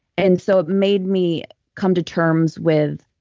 and so it made me come to terms with